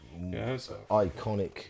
iconic